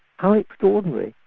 how extraordinary,